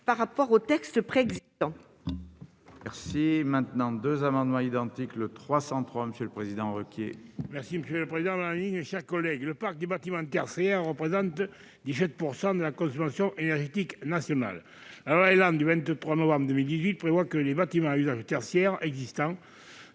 par rapport aux textes préexistants.